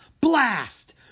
Blast